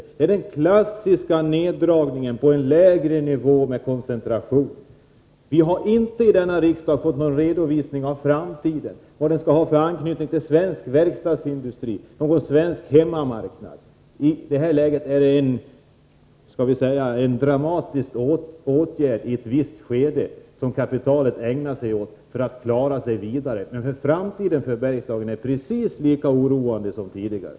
Det är fråga om den klassiska neddragningen till en lägre nivå med koncentration. Vi har inte i denna riksdag fått någon redovisning när det gäller framtiden — vad den här produktionen skall ha för anknytning till svensk verkstadsindustri och svensk hemmamarknad. I detta speciella läge gäller det en dramatisk åtgärd som kapitalet ägnar sig åt för att klara sig vidare, men framtiden för Bergslagen är precis lika oroande som tidigare.